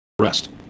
arrest